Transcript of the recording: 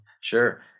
Sure